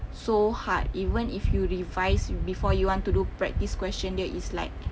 so hard even if you revise you before you want to do practice question there is like